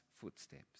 footsteps